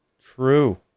True